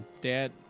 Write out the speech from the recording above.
Dad